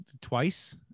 twice